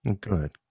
good